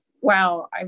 wow